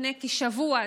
לפני כשבוע,